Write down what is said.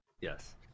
Yes